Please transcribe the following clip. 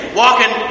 walking